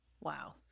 Wow